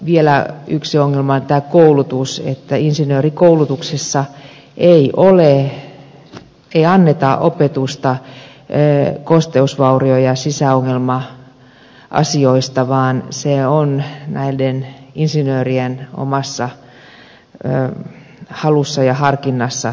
vielä yksi ongelma on tämä koulutus että insinöörikoulutuksessa ei anneta opetusta kosteusvaurio ja sisäongelma asioista vaan tämä koulutus on näiden insinöörien omassa halussa ja harkinnassa